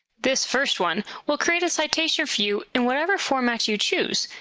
this first one will create a citation for you in whatever format you choose.